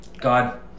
God